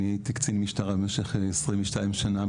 אני הייתי קצין משטרה במשך 22 שנה,